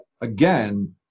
again